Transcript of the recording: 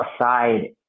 aside